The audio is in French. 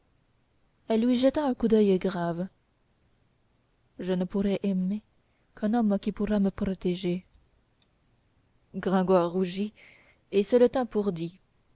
lui jeta un coup d'oeil grave je ne pourrai aimer qu'un homme qui pourra me protéger gringoire rougit et se le tint pour dit